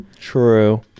True